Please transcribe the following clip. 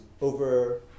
over